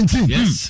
Yes. (